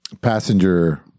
passenger